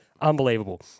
Unbelievable